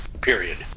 period